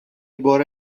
بار